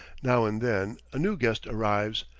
now and then a new guest arrives,